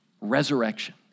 resurrection